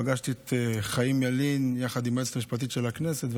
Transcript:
פגשתי את חיים ילין יחד עם היועצת המשפטית של הכנסת,